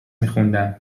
میخوندم